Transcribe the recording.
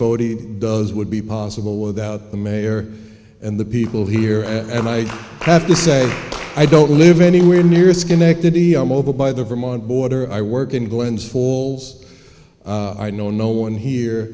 foti does would be possible without the mayor and the people here and i have to say i don't live anywhere near schenectady i'm over by the vermont border i work in glens falls i know no one here